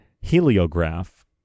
Heliograph